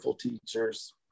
teachers